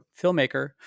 filmmaker